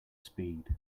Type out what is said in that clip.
speed